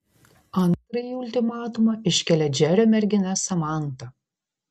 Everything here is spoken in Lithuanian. antrąjį ultimatumą iškelia džerio mergina samanta